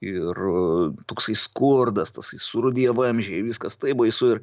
ir toksai skurdas tasai surūdiję vamzdžiai viskas taip baisu ir